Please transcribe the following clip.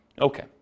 Okay